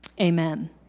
amen